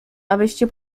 abyście